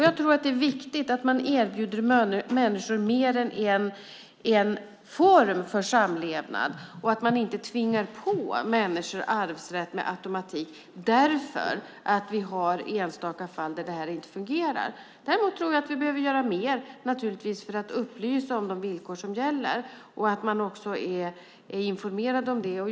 Jag tror att det är viktigt att man erbjuder människor mer än en form för samlevnad och att man inte tvingar på människor arvsrätt med automatik därför att vi har enstaka fall där det inte fungerar. Däremot tror jag att vi behöver göra mer för att upplysa om de villkor som gäller och informera om det.